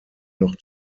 noch